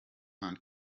and